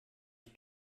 ich